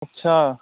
ਅੱਛਾ